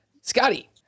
Scotty